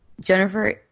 Jennifer